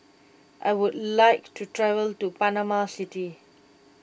I would like to travel to Panama City